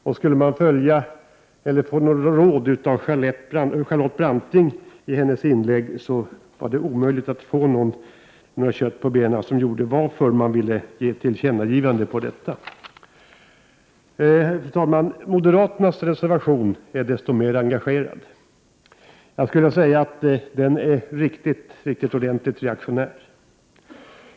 Det visade sig omöjligt att få råd av Charlotte Branting i hennes inlägg. Man fick inte något kött på benen så att säga om varför folkpartiet vill göra ett tillkännagivande. Fru talman! Moderaternas reservation är desto mer engagerad. Dock skulle jag vilja säga att reservationen är riktigt ordentligt reaktionär.